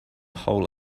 whole